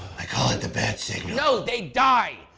i call it the bat-signal no, they die!